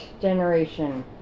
Generation